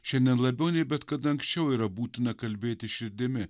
šiandien labiau nei bet kada anksčiau yra būtina kalbėti širdimi